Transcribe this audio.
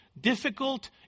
difficult